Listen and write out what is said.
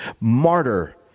martyr